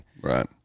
Right